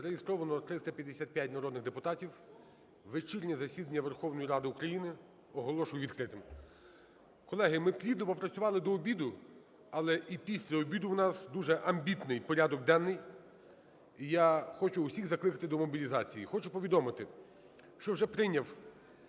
Зареєстровано 355 народних депутатів. Вечірнє засідання Верховної Ради України оголошую відкритим. Колеги, ми плідно попрацювали до обіду, але і після обіду у нас дуже амбітний порядок денний, і я хочу усіх закликати до мобілізації. Хочу повідомити, що вже прийняв